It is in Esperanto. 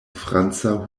franca